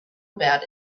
about